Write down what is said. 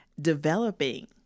developing